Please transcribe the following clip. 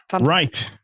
Right